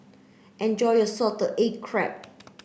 enjoy your salted egg crab